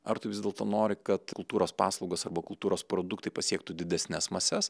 ar tu vis dėlto nori kad kultūros paslaugos arba kultūros produktai pasiektų didesnes mases